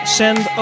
send